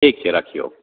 ठीक छै राखियौ